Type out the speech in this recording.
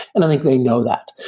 and i think they know that.